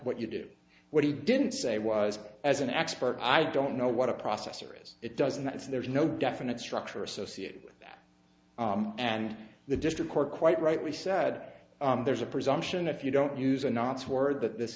what you do what he didn't say was as an expert i don't know what a processor is it doesn't that's there's no definite structure associated with and the district court quite rightly said there's a presumption if you don't use a nonce word that this